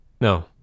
No